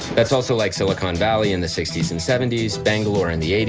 that's also like silicon valley in the sixty s and seventy s, bangalore in the eighty